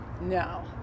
No